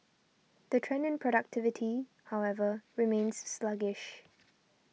the trend in productivity however remains sluggish